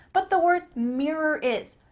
but the word mirror is.